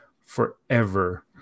forever